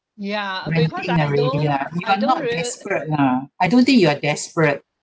renting already ah you are not desperate lah I don't think you are desperate